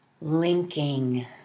linking